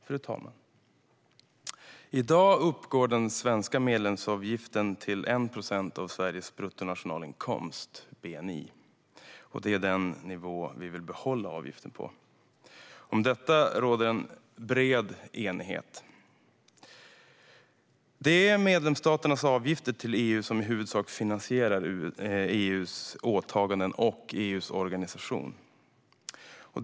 Fru talman! I dag uppgår den svenska medlemsavgiften till en procent av Sveriges bruttonationalinkomst, bni, och det är den nivå vi vill behålla avgiften på. Om detta råder en bred enighet. Det är medlemsstaternas avgifter till EU som i huvudsak finansierar EU:s åtaganden och EU:s organisation.